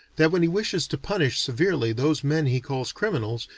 that when he wishes to punish severely those men he calls criminals,